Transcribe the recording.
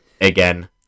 again